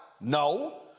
No